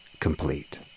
complete